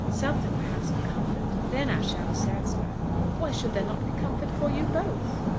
something perhaps of comfort then i shall be satisfied. why should there not be comfort for you both?